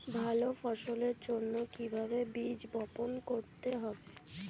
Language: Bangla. ভালো ফসলের জন্য কিভাবে বীজ বপন করতে হবে?